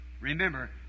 Remember